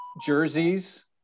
jerseys